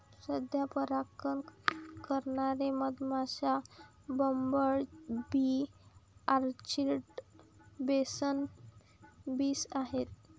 सध्या परागकण करणारे मधमाश्या, bumble bee, orchard mason bees आहेत